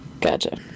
Gotcha